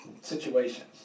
situations